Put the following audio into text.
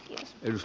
kiitos